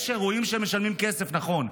יש אירועים שמשלמים כסף, נכון.